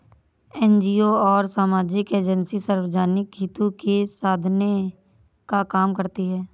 NGO और सामाजिक agency सार्वजनिक हितों को साधने का काम करती हैं